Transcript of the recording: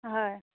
হয়